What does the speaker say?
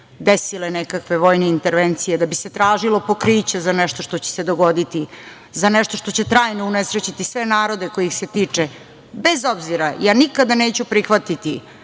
desile nekakve vojne intervencije, da bi se tražilo pokriće za nešto što će se dogoditi, za nešto što će trajno unesrećiti sve narode kojih se tiče. Bez obzira, ja nikada neću prihvatiti